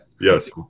Yes